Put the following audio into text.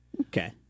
Okay